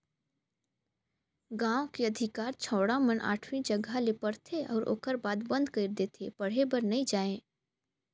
गांव के अधिकार छौड़ा मन आठवी जघा ले पढ़थे अउ ओखर बाद बंद कइर देथे पढ़े बर नइ जायें